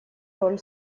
роль